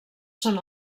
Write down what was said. són